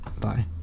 Bye